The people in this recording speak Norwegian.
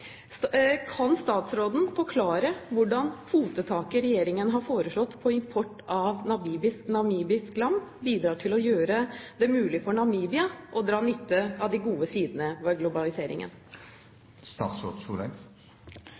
Kan statsråden forklare hvordan kvotetaket regjeringen har foreslått på import av namibisk lam, bidrar til å gjøre det mulig for Namibia å dra nytte av de gode sidene